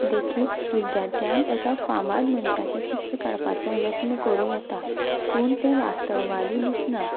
देखीक विद्यार्थ्यान एका फामाद मनशाचें चित्र काडपाचो यत्न करूं येता पूण तें वास्तववादी दिसना